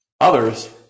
Others